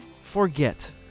forget